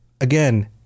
again